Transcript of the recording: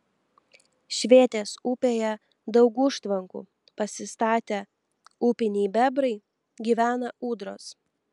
švėtės upėje daug užtvankų pasistatę upiniai bebrai gyvena ūdros